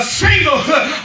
singlehood